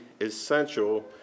essential